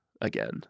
again